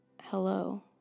hello